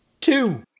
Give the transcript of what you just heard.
two